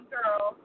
Girl